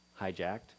hijacked